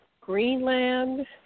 Greenland